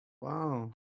Wow